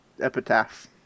Epitaph